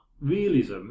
realism